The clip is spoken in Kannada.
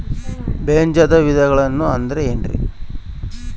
ಬೇಜದ ವಿಧಗಳು ಅಂದ್ರೆ ಏನ್ರಿ?